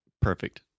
Perfect